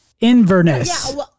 Inverness